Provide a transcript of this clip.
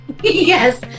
Yes